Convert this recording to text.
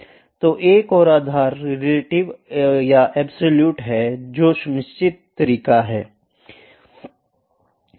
तो एक और आधार रिलेटिव या एब्सलूट है कुछ निश्चित तरीके हैं